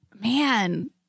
man